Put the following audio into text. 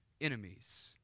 enemies